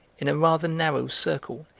in a rather narrow circle,